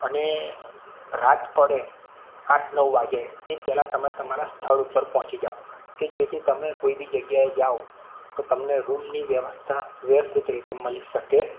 અને રાત પડે આઠ નવ વાગે એ પહેલા તમે તમારા સ્થળ ઉપર પહોંચી જાઓ કે જેથી તમે કોઈબી જગ્યાએ જાઓ તો તમને રૂમની વ્યવસ્થા વ્યવસ્થિત રીતે મળી શકે